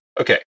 Okay